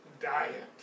diet